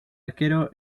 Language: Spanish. arquero